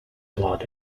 blood